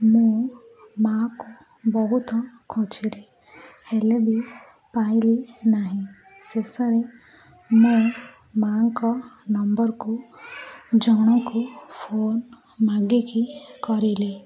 ମୁଁ ମାକୁ ବହୁତ ଖୋଜିଲି ହେଲେ ବି ପାଇଲି ନାହିଁ ଶେଷରେ ମୁଁ ମାଙ୍କ ନମ୍ବରକୁ ଜଣଙ୍କୁ ଫୋନ ମାଗିକି କଲି